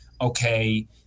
okay